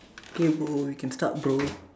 okay bro we can start bro